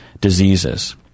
diseases